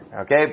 okay